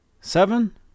seven